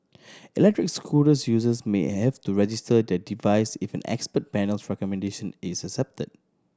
electric scooter users may have to register their device if an expert panel's recommendation is accepted